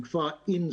הם כבר inside